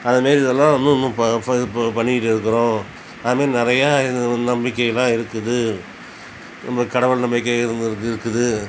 அதமாரி இதெலாம் இன்னும் இப்போ இப்போ இப்போ பண்ணிகிட்டு இருக்கிறோம் அதுமாரி நிறையா இது நம்பிக்கையலாம் இருக்குது இந்த கடவுள் நம்பிக்கை இருந்து இருக்குது